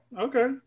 okay